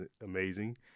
amazing